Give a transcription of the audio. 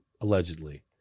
allegedly